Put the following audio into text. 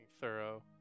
thorough